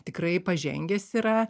tikrai pažengęs yra